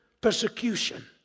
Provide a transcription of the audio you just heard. persecution